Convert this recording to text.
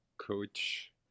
coach